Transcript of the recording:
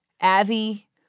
avi